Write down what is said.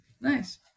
Nice